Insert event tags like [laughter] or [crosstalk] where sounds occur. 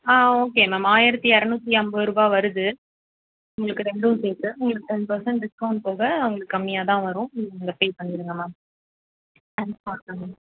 ஆ okay ma'am ஆயிரத்து இரநூத்தி ஐம்பது ருபாய் வருது உங்களுக்கு ரெண்டும் சேர்த்து உங்களுக்கு டென் பெர்செண்ட் டிஸ்கௌண்ட் போக உங்களுக்கு கம்மியாகதான் வரும் நீங்கள் பே பண்ணிடுங்க மேம் [unintelligible] பார்த்தோன்னே